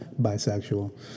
Bisexual